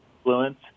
influence